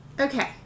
Okay